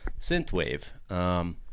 synthwave